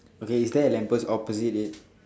okay is there a lamp post opposite it